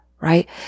right